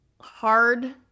hard